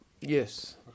Yes